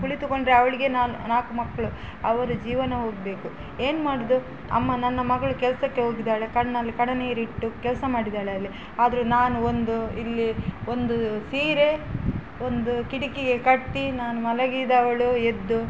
ಕುಳಿತುಕೊಂಡರೆ ಅವಳಿಗೆ ನಾಲ್ಕು ಮಕ್ಕಳು ಅವ್ರ ಜೀವನ ಹೋಗಬೇಕು ಏನು ಮಾಡೋದು ಅಮ್ಮ ನನ್ನ ಮಗಳು ಕೆಲಸಕ್ಕೆ ಹೋಗಿದ್ದಾಳೆ ಕಣ್ಣಲ್ಲಿ ಕಣ್ಣನೀರು ಇಟ್ಟು ಕೆಲಸ ಮಾಡಿದ್ದಾಳೆ ಅಲ್ಲಿ ಆದರು ನಾನು ಒಂದು ಇಲ್ಲಿ ಒಂದು ಸೀರೆ ಒಂದು ಕಿಟಕಿಗೆ ಕಟ್ಟಿ ನಾನು ಮಲಗಿದವಳು ಎದ್ದು